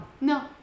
No